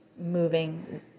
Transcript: moving